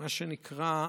מה שנקרא,